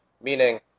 meaning